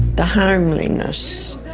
the homeliness,